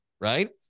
right